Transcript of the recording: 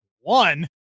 one